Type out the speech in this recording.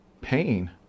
pain